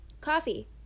coffee